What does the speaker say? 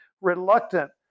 reluctant